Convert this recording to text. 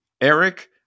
Eric